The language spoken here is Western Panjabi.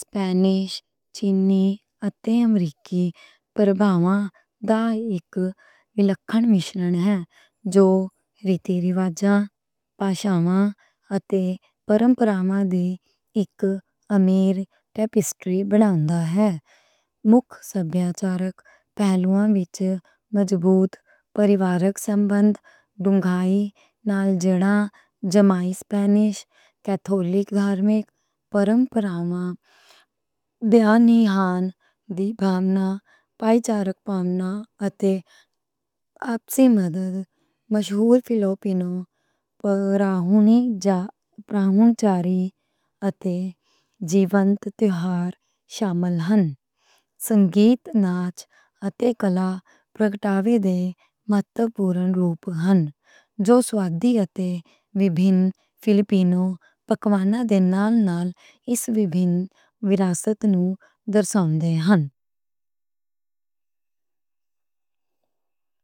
سپینش، چینی اتے امریکی اثرات دا اک وکھرا مکسچر ہے جو رسماں رواجاں، بولیاں اتے روایتاں دا اک امیر ٹیپسٹری بناؤندا ہے۔ مکھ ثقافتی پہلواں وچ مضبوط فیملی دے نال جڑیاں رشتے، سمائی سپینش، کیتھولک مذہبی روایتاں، بیانیہان دی بھاونا، پائچارک پانا اتے۔ آپس وچ مدد مشہور فلپائینی مہمان نوازی اتے جیوَنت تہوار سنگیت، ناچ اتے کلاں دا بنیادی روپ ہن۔ جو سوندھے اتے وکھرے فلپائینی کھان پین دے نال نال اس وکھری وراثت نوں وکھاؤندے ہن۔